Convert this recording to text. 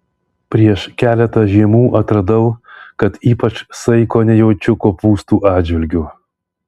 prieš keletą žiemų atradau kad ypač saiko nejaučiu kopūstų atžvilgiu